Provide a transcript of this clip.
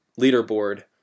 leaderboard